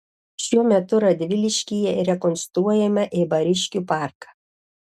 šiuo metu radviliškyje rekonstruojame eibariškių parką